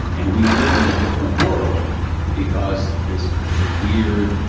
and we live in a different world because this weird,